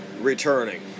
returning